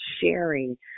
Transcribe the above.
sharing